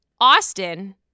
Austin